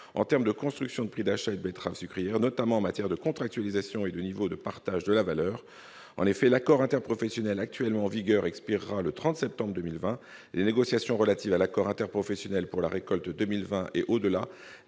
en termes de construction du prix d'achat de la betterave sucrière, notamment en matière de contractualisation et de niveau de partage de la valeur. L'accord interprofessionnel en vigueur expirera le 30 septembre 2020. Les négociations relatives à l'accord interprofessionnel pour les récoltes de 2020 et au-delà